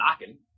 knocking